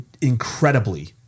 incredibly